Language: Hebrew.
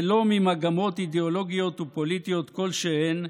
ולא ממגמות אידיאולוגיות ופוליטיות כלשהן,